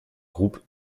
groupe